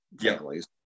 families